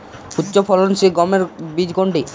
উচ্চফলনশীল গমের বীজ কোনটি?